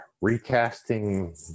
recasting